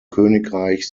königreich